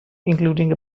including